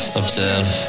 observe